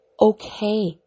okay